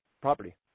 property